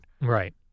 Right